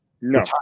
No